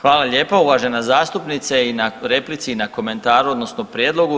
Hvala lijepo uvažena zastupnice i na replici i na komentaru odnosno prijedlogu.